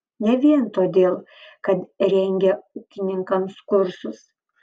ne vien todėl kad rengia ūkininkams kursus